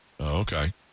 okay